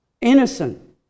innocent